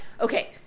Okay